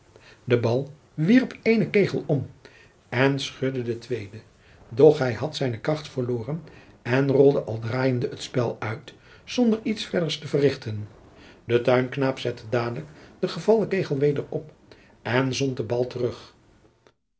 de bal wierp eenen kegel om en schudde den tweeden doch hij had zijne kracht verloren en rolde al draaiende het spel uit zonder iets verders te verrichten de tuinknaap zette dadelijk den gevallen kegel weder op en zond den bal terug